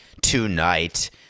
tonight